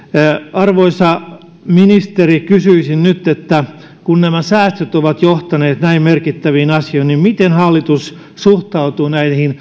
arvoisa ministeri kysyisin nyt kun nämä säästöt ovat johtaneet näin merkittäviin asioihin miten hallitus suhtautuu